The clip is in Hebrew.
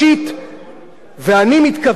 ואני מתכוון, אמר נתניהו,